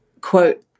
quote